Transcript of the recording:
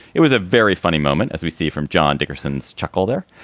it was a very funny moment, as we see from john dickerson's chuckle there.